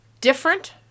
different